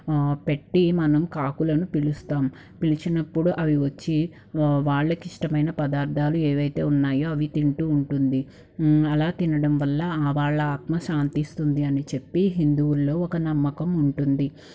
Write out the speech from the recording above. పెట్టి మనం కాకులను పిలుస్తాం పిలిచినప్పుడు అవి వచ్చి వాళ్ళకి ఇష్టమైన పదార్థాలు ఏవైతే ఉన్నాయో అవి తింటూ ఉంటుంది అలా తినడం వల్ల వాళ్ళ ఆత్మ శాంతిస్తుంది అని చెప్పి హిందువుల్లో ఒక నమ్మకం ఉంటుంది